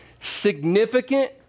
Significant